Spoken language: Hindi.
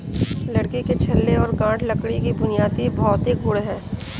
लकड़ी के छल्ले और गांठ लकड़ी के बुनियादी भौतिक गुण हैं